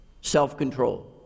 self-control